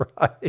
Right